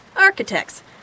architects